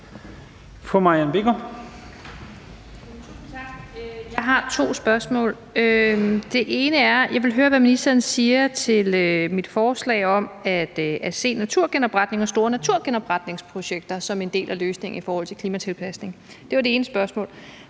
Jeg har to spørgsmål. Det ene handler om, at jeg vil høre, hvad ministeren siger til mit forslag om at se naturgenopretning og store naturgenopretningsprojekter som en del af løsningen i forhold til klimatilpasning. Det var det ene spørgsmål.